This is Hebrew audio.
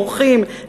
עורכים,